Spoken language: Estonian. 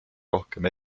rohkem